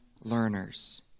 learners